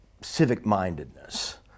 civic-mindedness